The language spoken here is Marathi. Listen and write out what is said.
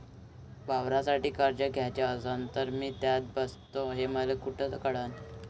वावरासाठी कर्ज घ्याचं असन तर मी त्यात बसतो हे मले कुठ कळन?